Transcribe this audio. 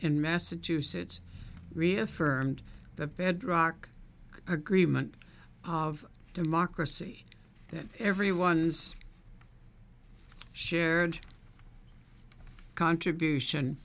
in massachusetts reaffirmed the bedrock agreement of democracy that everyone's shared contribution